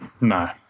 No